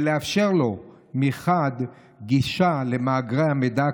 ולאפשר לו מחד גישה למאגרי מידע,